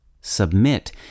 Submit